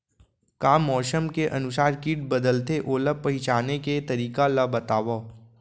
का मौसम के अनुसार किट बदलथे, ओला पहिचाने के तरीका ला बतावव?